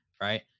right